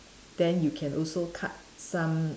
then you can also cut some